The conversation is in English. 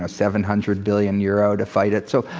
ah seven hundred billion euros to fight it. so,